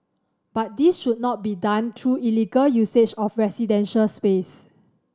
but this should not be done through illegal usage of residential space